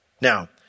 Now